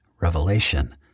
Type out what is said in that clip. revelation